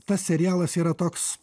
tas serialas yra toks